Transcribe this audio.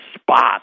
spot